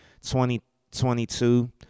2022